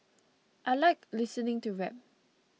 I like listening to rap